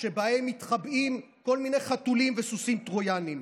שבה מתחבאים כל מיני חתולים וסוסים טרויאניים.